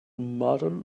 model